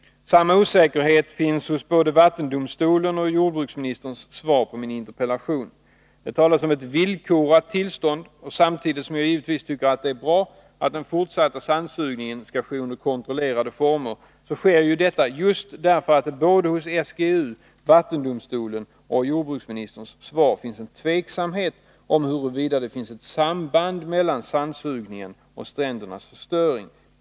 Samma osäkerhet finns både i vattendomstolens dom och i jordbruksministerns svar på min interpellation. Det talas om ett villkorat tillstånd. Samtidigt som det givetvis är bra att den fortsatta sandsugningen skall ske under kontrollerade former, så sker ju detta just därför att det både hos SGU och vattendomstolen och i jordbruksministerns svar finns en tveksamhet om huruvida det finns ett samband mellan sandsugningen och strändernas förstöring.